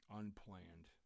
unplanned